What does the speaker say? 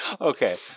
Okay